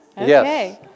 Yes